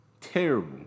Terrible